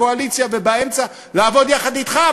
קואליציה ובאמצע לעבוד יחד אתך.